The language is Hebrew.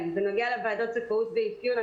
בנוגע לוועדות זכאות ואפיון,